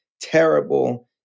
terrible